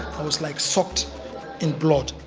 i was like soaked in blood.